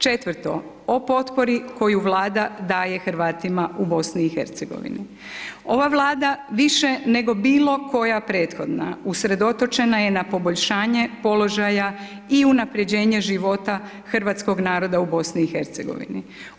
Četvrto, o potpori koju Vlada daje Hrvatima u BiH-u. ova Vlada više nego bilokoja prethodna usredotočena je poboljšanje položaja i unaprjeđenje života hrvatskog naroda u BiH-u.